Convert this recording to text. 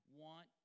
want